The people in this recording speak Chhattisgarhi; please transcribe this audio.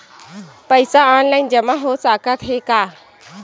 पईसा ऑनलाइन जमा हो साकत हे का?